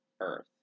Earth